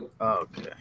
Okay